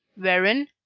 wherein,